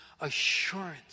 assurance